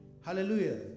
Hallelujah